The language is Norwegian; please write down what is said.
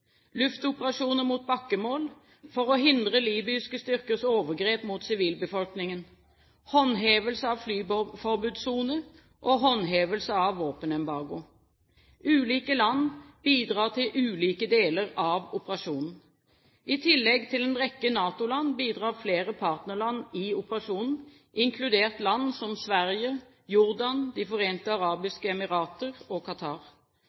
luftoperasjoner mot bakkemål for å hindre libyske styrkers overgrep mot sivilbefolkningen, håndhevelse av flyforbudssone og håndhevelse av våpenembargo. Ulike land bidrar til ulike deler av operasjonen. I tillegg til en rekke NATO-land bidrar flere partnerland i operasjonen, inkludert land som Sverige, Jordan, De forente arabiske emirater og